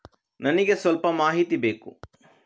ನನಿಗೆ ಸ್ವಲ್ಪ ಮಾಹಿತಿ ಬೇಕು